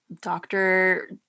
doctor